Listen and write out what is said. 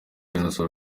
innocent